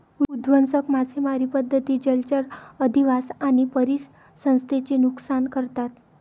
विध्वंसक मासेमारी पद्धती जलचर अधिवास आणि परिसंस्थेचे नुकसान करतात